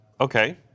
Okay